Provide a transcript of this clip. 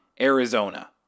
Arizona